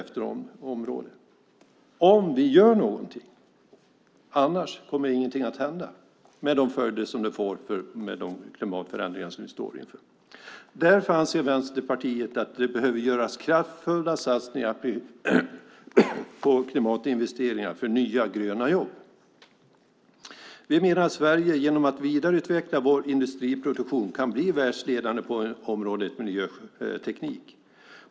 Men det är under förutsättning att vi gör någonting. Annars kommer ingenting att hända, med de följder som det får med de klimatförändringar som vi står inför. Därför anser Vänsterpartiet att det behöver göras kraftfulla satsningar på klimatinvesteringar för nya, gröna jobb. Vi menar att Sverige genom att vidareutveckla sin industriproduktion kan bli världsledande på området miljöteknik.